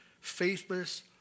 faithless